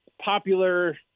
popular